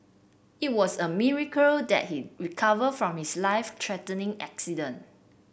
it was a miracle that he recovered from his life threatening accident